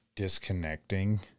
disconnecting